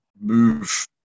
move